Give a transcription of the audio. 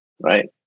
Right